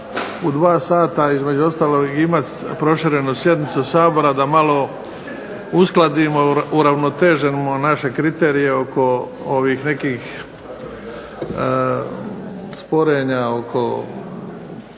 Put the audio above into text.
u 2 sata između ostaloga imati proširenu sjednicu Sabora da malo uravnotežimo naše kriterije oko ovih nekih sporenja oko